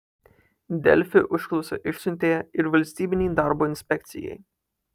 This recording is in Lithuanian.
delfi užklausą išsiuntė ir valstybinei darbo inspekcijai